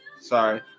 Sorry